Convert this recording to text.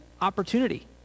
opportunity